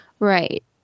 Right